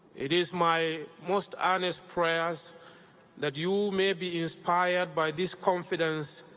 it is my most earnest prayers that you may be inspired by this confidence,